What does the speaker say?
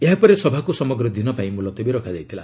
ଏହା ପରେ ସଭାକୁ ସମଗ୍ର ଦିନ ପାଇଁ ମୁଲତବି ରଖାଯାଇଥିଲା